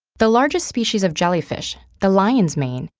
the largest species of jellyfish, the lion's mane,